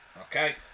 okay